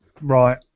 Right